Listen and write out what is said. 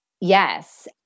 Yes